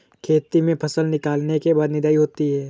खेती में फसल निकलने के बाद निदाई होती हैं?